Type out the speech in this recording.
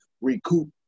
recoup